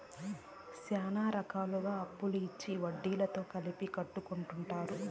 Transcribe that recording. శ్యానా రకాలుగా అప్పులు ఇచ్చి వడ్డీతో కలిపి కట్టించుకుంటారు